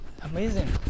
Amazing